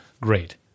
great